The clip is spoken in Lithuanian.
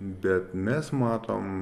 bet mes matom